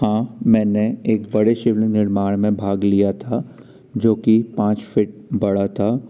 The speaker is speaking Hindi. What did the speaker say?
हाँ मैंने एक बड़े शिवलिंग निर्माण में भाग लिया था जो कि पाँच फीट बड़ा था